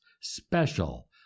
special